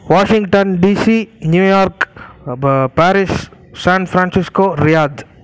Washington DC New York ப Paris San Francisco Riyadh